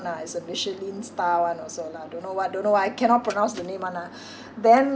lah it's a michelin star one also lah don't know what don't know I cannot pronounce the name [one] ah then